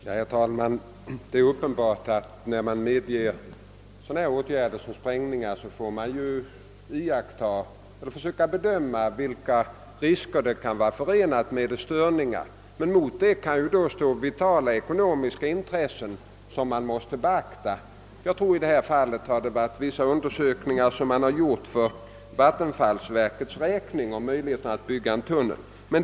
Herr talman! Det är uppenbart att man när det ges tillstånd till sådana åtgärder som sprängning får försöka bedöma vilka risker som kan vara förenade med aktionen. Det kan dock finnas vitala ekonomiska intressen som också måste beaktas. Jag tror att man i detta fall gjort vissa undersökningar för vattenfallsverkets räkning beträffande möjligheterna att bygga en tunnel.